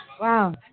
Wow